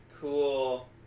Cool